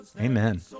Amen